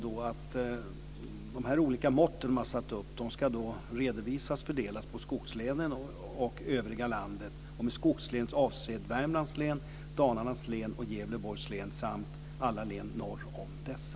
De olika mått man satt upp ska redovisas och fördelas på skogslänen och övriga landet. Med skogslän avses Värmlands län, Dalarnas län och Gävleborgs län samt alla län norr om dessa.